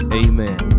amen